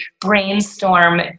brainstorm